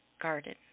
garden